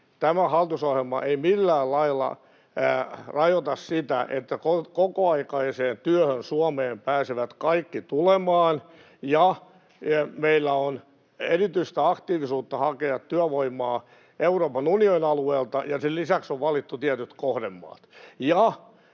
tämä hallitusohjelma ei millään lailla rajoita sitä, että kokoaikaiseen työhön Suomeen pääsevät kaikki tulemaan, ja meillä on erityistä aktiivisuutta hakea työvoimaa Euroopan unionin alueelta, ja sen lisäksi on valittu tietyt kohdemaat.